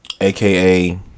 AKA